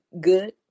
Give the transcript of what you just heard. good